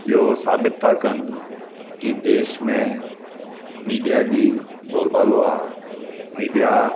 इहो साबितु था कनि की देश में मीडिया जी बोलबालो आहे मीडिया